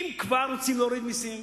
אם כבר רוצים להוריד מסים,